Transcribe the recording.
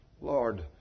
Lord